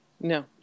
No